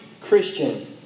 Christian